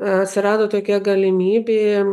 atsirado tokia galimybė